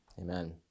Amen